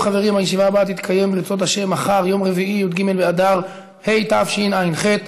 שבעה תומכים, אין מתנגדים, אין נמנעים.